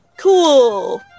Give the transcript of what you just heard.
Cool